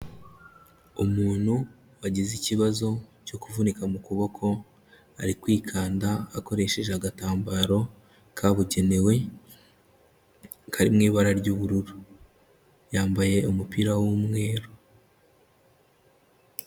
Umuntu wagize ikibazo cyo kuvunika mu kuboko, ari kwikanda akoresheje agatambaro kabugenewe, kari mu ibara ry'ubururu. Yambaye umupira w'umweru.